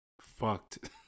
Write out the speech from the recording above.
fucked